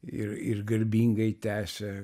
ir ir garbingai tęsia